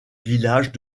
village